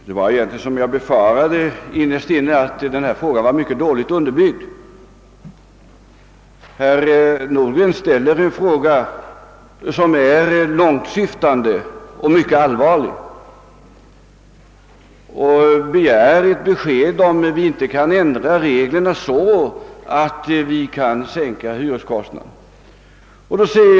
Herr talman! Som jag innerst inne befarade var denna fråga mycket dåligt underbyggd. Herr Nordgren ställer en fråga, som är långtsyftande och mycket allvarlig, och begär ett besked om huruvida vi inte kan ändra lånereglerna så att hyreskostnaderna kan bli lägre.